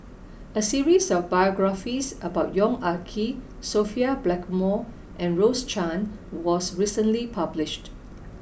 a series of biographies about Yong Ah Kee Sophia Blackmore and Rose Chan was recently published